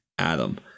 Adam